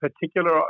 particular